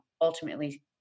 ultimately